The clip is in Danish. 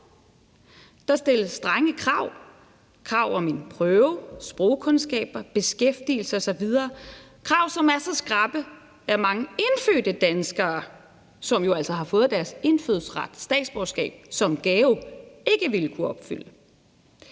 Der stilles strenge krav: krav om en prøve, sprogkundskaber, beskæftigelse osv. Det er krav, som er så skrappe, at mange indfødte danskere, som jo altså har fået deres indfødsret, statsborgerskab, som gave, ikke ville kunne opfylde